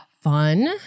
Fun